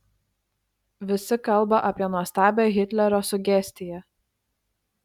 visi kalba apie nuostabią hitlerio sugestiją